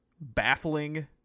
baffling